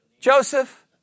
Joseph